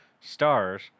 Stars